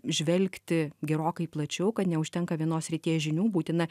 žvelgti gerokai plačiau kad neužtenka vienos srities žinių būtina